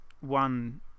One